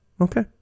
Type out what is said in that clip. okay